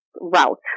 route